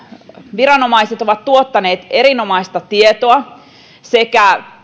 viranomaiset ovat tuottaneet erinomaista tietoa sekä